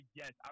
yes